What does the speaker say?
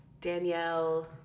Danielle